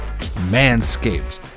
Manscaped